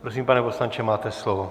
Prosím, pane poslanče, máte slovo.